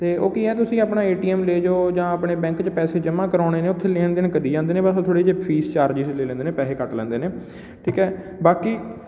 ਅਤੇ ਉਹ ਕੀ ਹੈ ਤੁਸੀਂ ਆਪਣਾ ਏ ਟੀ ਐੱਮ ਲੈ ਜਾਉ ਜਾਂ ਆਪਣੇ ਬੈਂਕ 'ਚ ਪੈਸੇ ਜਮ੍ਹਾ ਕਰਵਾਉਣੇ ਨੇ ਉੱਥੇ ਲੈਣ ਦੇਣ ਕਰੀ ਜਾਂਦੇ ਨੇ ਬਸ ਥੋੜ੍ਹੇ ਜਿਹੇ ਫੀਸ ਚਾਰਜਿਸ ਲੈ ਲੈਂਦੇ ਨੇ ਪੈਸੇ ਕੱਟ ਲੈਂਦੇ ਨੇ ਠੀਕ ਹੈ ਬਾਕੀ